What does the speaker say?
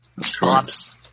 Spots